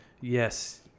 Yes